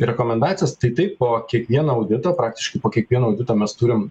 rekomendacijas tai taip po kiekvieno audito praktiškai po kiekvieno audito mes turim